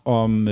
om